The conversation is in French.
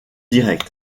directe